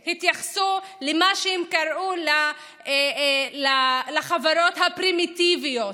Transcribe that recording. הקולוניאליסטיים התייחסו למה שהם קראו "חברות פרימיטיביות"